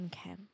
Okay